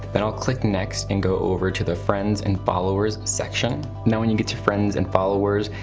then i'll click next and go over to the friends and followers section. now when you get to friends and followers,